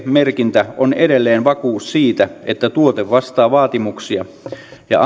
merkintä on edelleen vakuus siitä että tuote vastaa vaatimuksia ja